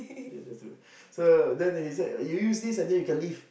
eat the fruit so then they said you use this and then you can leave